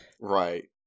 Right